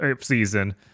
season